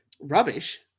Rubbish